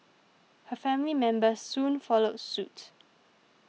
her family members soon followed suit